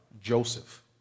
Joseph